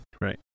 right